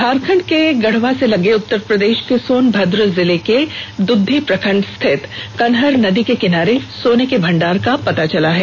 झारखंड के गढ़वा से सटे उत्तर प्रदेष के सोनभद्र जिले के दुद्दी प्रखंड स्थित कनहर नदी के किनारे सोने का भंडार मिला है